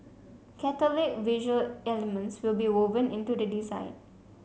catholic visual elements will be woven into the design